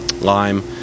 lime